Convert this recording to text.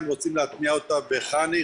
האם רוצים להטמיע אותה בחנ"י,